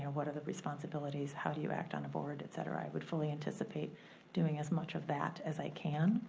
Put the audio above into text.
what are the responsibilities, how do you act on a board, et cetera. i would fully anticipate doing as much of that as i can,